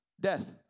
Death